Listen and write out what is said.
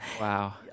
Wow